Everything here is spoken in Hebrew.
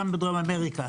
גם בדרום אמריקה,